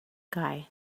guy